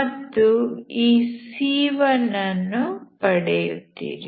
ಮತ್ತು ಈ c1 ಅನ್ನು ಪಡೆಯುತ್ತೀರಿ